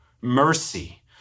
mercy